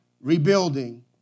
rebuilding